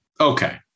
Okay